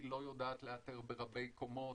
היא לא יודעת לאתר ברבי קומות.